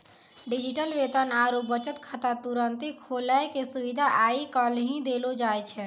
digital वेतन आरु बचत खाता तुरन्ते खोलै के सुविधा आइ काल्हि देलो जाय छै